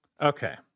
Okay